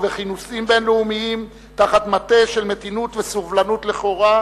ובכינוסים בין-לאומיים תחת מעטה של מתינות וסובלנות לכאורה,